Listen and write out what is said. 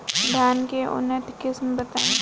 धान के उन्नत किस्म बताई?